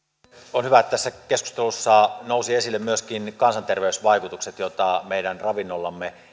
on hyvä että tässä keskustelussa nousivat esille myöskin kansanterveysvaikutukset joita meidän ravinnollamme